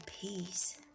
peace